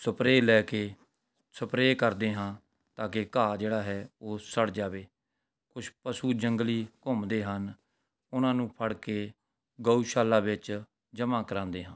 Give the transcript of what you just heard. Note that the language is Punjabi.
ਸਪਰੇਅ ਲੈ ਕੇ ਸਪਰੇਅ ਕਰਦੇ ਹਾਂ ਤਾਂ ਕਿ ਘਾਹ ਜਿਹੜਾ ਹੈ ਉਹ ਸੜ੍ਹ ਜਾਵੇ ਪੁਸ਼ ਪਸ਼ੂ ਜੰਗਲੀ ਘੁੰਮਦੇ ਹਨ ਉਹਨਾਂ ਨੂੰ ਫੜ੍ਹ ਕੇ ਗਊਸ਼ਾਲਾ ਵਿੱਚ ਜਮ੍ਹਾਂ ਕਰਵਾਉਂਦੇ ਹਾਂ